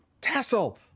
tassel